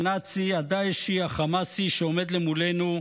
הפלשתי-עמלקי-נאצי-דאעשי-חמאסי שעומד למולנו,